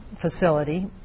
facility